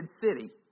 city